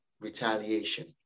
retaliation